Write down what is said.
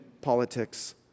politics